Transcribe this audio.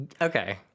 Okay